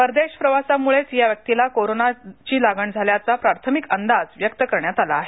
परदेश प्रवासामुळेच या व्यक्तीला कोरोनाची लागण झाल्याचा प्राथमिक अंदाज व्यक्त करण्यात आला आहे